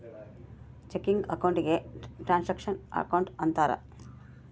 checking account ಗೆ transaction account ಅಂತಾರ